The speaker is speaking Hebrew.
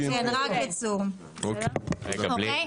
GMP. כן.